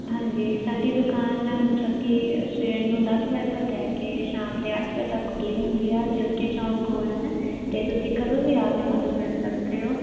ਹਾਂਜੀ ਸਾਡੀ ਦੁਕਾਨ ਮਤਲਬ ਕਿ ਸਵੇਰ ਨੂੰ ਦਸ ਵਜੇ ਤੋਂ ਲੈ ਕੇ ਸ਼ਾਮ ਦੇ ਅੱਠ ਵਜੇ ਤੱਕ ਖੁੱਲ੍ਹੀ ਹੁੰਦੀ ਹੈ ਜੋਤੀ ਚੌਂਕ ਕੋਲ ਹੈ ਅਤੇ ਤੁਸੀਂ ਕਦੋਂ ਵੀ ਆ ਕੇ ਸਾਨੂੰ ਮਿਲ ਸਕਦੇ ਹੋ